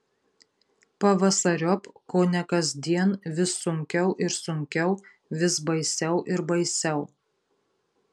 pavasariop kone kasdien vis sunkiau ir sunkiau vis baisiau ir baisiau